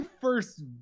first